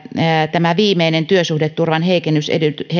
tämä viimeinen työsuhdeturvan heikennys